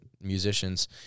musicians